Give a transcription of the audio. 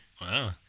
Wow